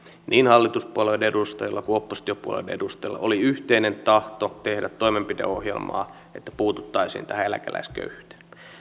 niin hallituspuolueen edustajilla kuin oppositiopuolueiden edustajilla oli yhteinen tahto tehdä toimenpideohjelmaa että puututtaisiin tähän eläkeläisköyhyyteen